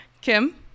kim